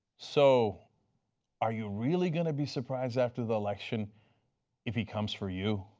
so are you really going to be surprised after the election if he comes for you?